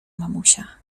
mamusia